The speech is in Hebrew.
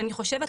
אני חושבת,